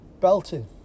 Belting